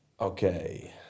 okay